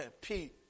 Pete